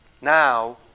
Now